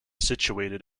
situated